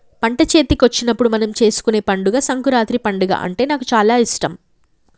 పంట చేతికొచ్చినప్పుడు మనం చేసుకునే పండుగ సంకురాత్రి పండుగ అంటే నాకు చాల ఇష్టం